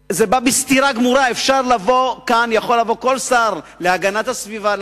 יכול לבוא לכאן כל שר להגנת הסביבה,